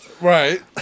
Right